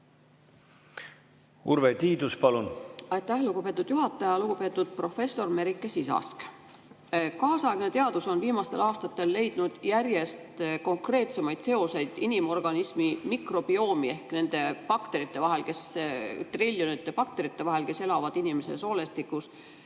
Urve Tiidus, palun! Aitäh, lugupeetud juhataja! Lugupeetud professor Merike Sisask! Kaasaegne teadus on viimastel aastatel leidnud järjest konkreetsemaid seoseid inimorganismi mikrobioomi ehk nende bakterite vahel, triljonite bakterite vahel, kes elavad inimese soolestikus,